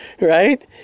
right